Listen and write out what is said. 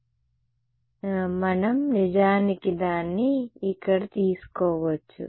కాబట్టి మనం నిజానికి దాన్ని ఇక్కడ తీసుకోవచ్చు